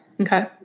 okay